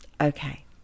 Okay